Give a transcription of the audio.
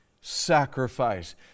sacrifice